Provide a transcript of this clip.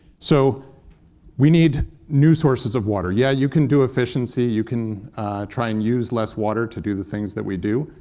so we need new sources of water. yeah, you can do efficiency, you can try and use less water to do the things that we do.